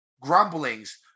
grumblings